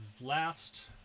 last